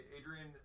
Adrian